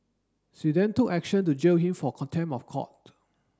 she then took action to jail him for contempt of court